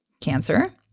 cancer